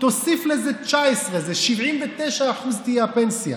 תוסיף לזה 19%, זה 79% תהיה הפנסיה.